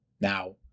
Now